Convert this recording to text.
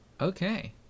Okay